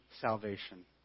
salvation